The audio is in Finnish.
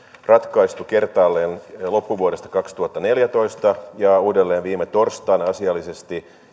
ratkaistu kertaalleen loppuvuodesta kaksituhattaneljätoista ja uudelleen viime torstaina asiallisesti